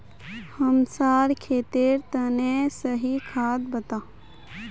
हमसार खेतेर तने सही खाद बता